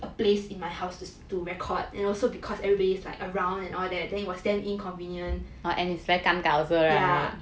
a place in my house just to record and also because everybody's like around and all that then it was damn inconvenient yeah